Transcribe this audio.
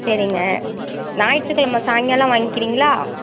சரிங்க ஞாயித்து கெழமை சாயங்காலம் வாங்கிக்கிறீங்களா